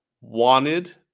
wanted